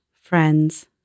Friends